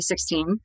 2016